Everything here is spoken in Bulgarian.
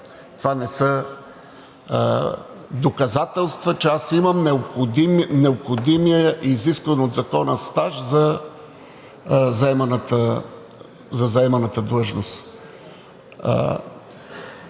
Това не са доказателства, че аз имам необходимия изискван от закона стаж за заеманата длъжност.